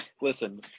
listen